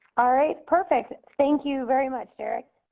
alright, perfect. thank you very much, derrick.